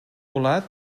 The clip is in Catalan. volat